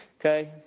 okay